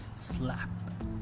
slap